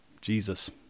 Jesus